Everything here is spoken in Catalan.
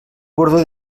bordó